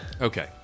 Okay